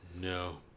No